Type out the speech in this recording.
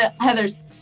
Heather's